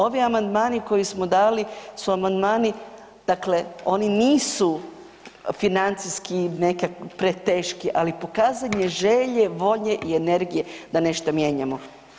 Ovi amandmani koje smo dali su amandmani, dakle oni nisu financijski preteški, ali pokazanje želje, volje i energije da nešto mijenjamo.